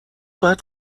باید